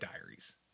diaries